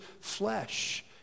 flesh